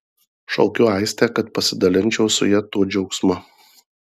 šaukiu aistę kad pasidalinčiau su ja tuo džiaugsmu